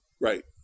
Right